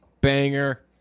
Banger